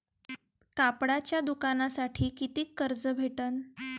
कापडाच्या दुकानासाठी कितीक कर्ज भेटन?